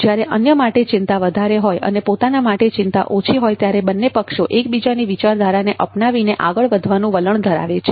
જ્યારે અન્ય માટે ચિંતા વધારે હોય અને પોતાના માટે ચિંતા ઓછી હોય ત્યારે બંને પક્ષો એકબીજાની વિચારધારાને અપનાવીને આગળ વધવાનું વલણ ધરાવે છે